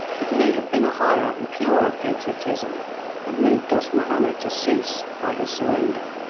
it may have been a higher and purer patriotism that moved dost mahomed to cease, by his surrender,